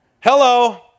Hello